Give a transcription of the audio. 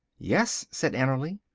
yes, said annerly,